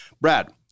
Brad